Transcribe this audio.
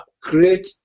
create